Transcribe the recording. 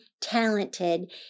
talented